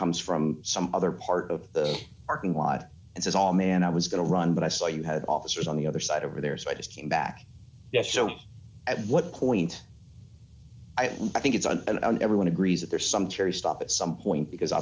comes from some other part of the parking lot and says oh man i was going to run but i saw you had officers on the other side over there so i just came back yes so at what point i think it's on and everyone agrees that there's some scary stuff at some point because